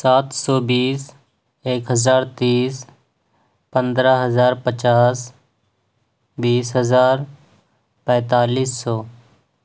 سات سو بیس ایک ہزار تیس پندرہ ہزار پچاس بیس ہزار پینتالیس سو